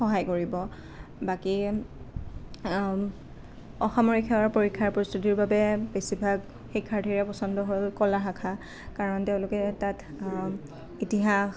সহায় কৰিব বাকী অসামৰিক সেৱাৰ পৰীক্ষাৰ প্ৰস্তুতিৰ বাবে বেছিভাগ শিক্ষাৰ্থীৰে পচন্দ হ'ল কলা শাখা কাৰণ তেওঁলোকে তাত ইতিহাস